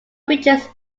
features